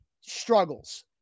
struggles